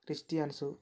christians